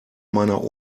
meiner